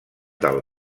del